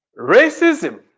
Racism